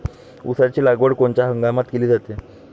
ऊसाची लागवड कोनच्या हंगामात केली जाते?